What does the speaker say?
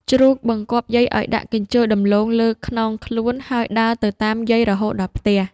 ជ្រូក បង្គាប់យាយឱ្យដាក់កញ្ជើរដំឡូងលើខ្នងខ្លួន ហើយដើរទៅតាមយាយរហូតដល់ផ្ទះ។